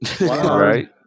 right